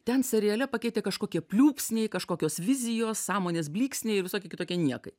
ten seriale pakeitė kažkokie pliūpsniai kažkokios vizijos sąmonės blyksniai visokie kitokie niekai